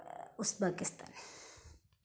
Uzbekistan